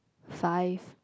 five